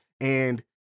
And-